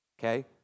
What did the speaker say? okay